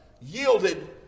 yielded